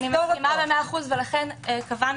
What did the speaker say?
לכן קבענו